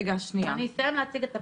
אני אסיים להציג את הכול.